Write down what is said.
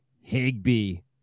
Higby